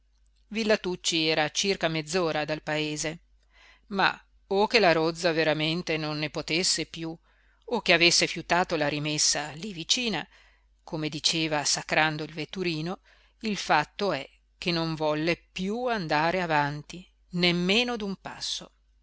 villa tucci era a circa mezz'ora dal paese ma o che la rozza veramente non ne potesse piú o che avesse fiutato la rimessa lí vicina come diceva sacrando il vetturino il fatto è che non volle piú andare avanti nemmeno d'un passo